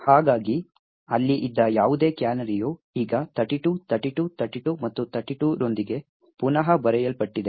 ಹಾಗಾಗಿ ಅಲ್ಲಿ ಇದ್ದ ಯಾವುದೇ ಕ್ಯಾನರಿಯು ಈಗ 32 32 32 ಮತ್ತು 32 ರೊಂದಿಗೆ ಪುನಃ ಬರೆಯಲ್ಪಟ್ಟಿದೆ